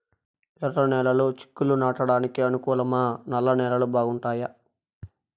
ఎర్రనేలలు చిక్కుళ్లు నాటడానికి అనుకూలమా నల్ల నేలలు బాగుంటాయా